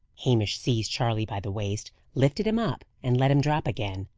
hamish seized charley by the waist, lifted him up, and let him drop again.